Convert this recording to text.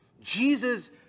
Jesus